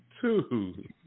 Two